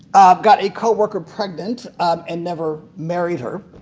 got a co-worker pregnant and never married her.